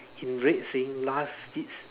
in red saying last seats